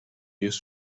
use